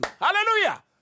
Hallelujah